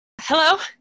hello